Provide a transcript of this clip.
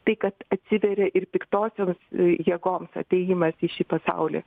tai kad atsiveria ir piktosioms jėgoms atėjimas į šį pasaulį